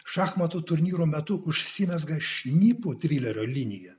šachmatų turnyro metu užsimezga šnipų trilerio linija